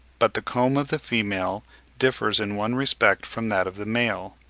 but the comb of the female differs in one respect from that of the male,